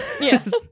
Yes